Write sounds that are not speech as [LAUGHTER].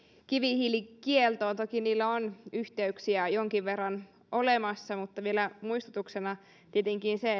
kivihiilikieltoon toki niillä on yhteyksiä jonkin verran olemassa mutta vielä muistutuksena se [UNINTELLIGIBLE]